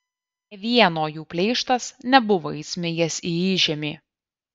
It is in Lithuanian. nė vieno jų pleištas nebuvo įsmigęs į įžemį